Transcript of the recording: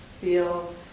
feel